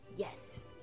yes